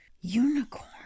unicorn